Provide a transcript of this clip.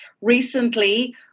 recently